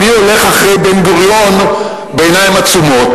אני הולך אחרי בן-גוריון בעיניים עצומות,